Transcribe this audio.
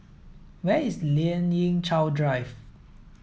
where is Lien Ying Chow Drive